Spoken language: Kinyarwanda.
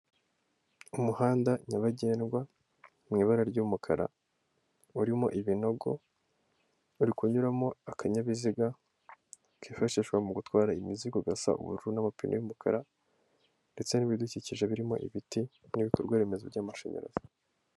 Umuhanda nyabagendwa mu ibara ry'umukara urimo ibinogo hari kunyuramo akanyabiziga kifashishwa mu gutwara imizigo gasa ubururu, n'amapine y'umukara ndetse n'ibidukikije birimo ibiti n'ibikorwaremezo by'amashanyarazi.